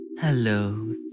Hello